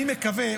מקווה,